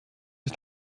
ist